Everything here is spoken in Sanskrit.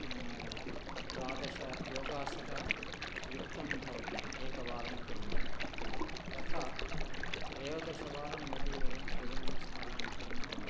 द्वादश योगासनयुक्तं भवति एकवारं कुर्मः तत् तथा त्रयोदशवारं यदि वयं सूर्यनमस्कारान् कुर्मः